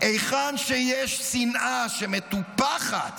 היכן שיש שנאה שמטופחת